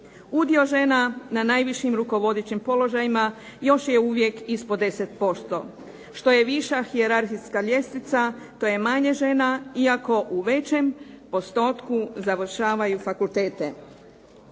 Udio žena na najvišim rukovodećim položajima još je uvijek ispod 10%. Što je viša hijerarhijska ljestvica to je manje žena iako u većem postotku završavaju fakultete.